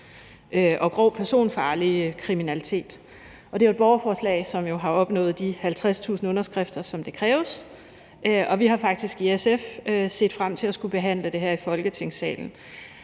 og grov personfarlig kriminalitet, og det er jo et borgerforslag, som har opnået de 50.000 underskrifter, som kræves. Og vi har faktisk i SF set frem til at skulle behandle det her i Folketingssalen.